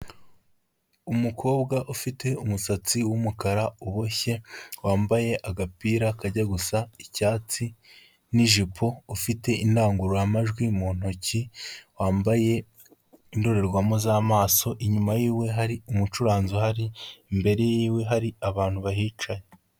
Umukobwa ufite umusatsi w'umukara uboshye wambaye agapira kajya gusa icyatsi n'ijipo, ufite indangururamajwi mu ntoki, wambaye indorerwamo z'amaso, inyuma yiwe hari umucuranzi uhari, imbere yiwe hari abantu bahicaye.